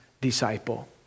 disciple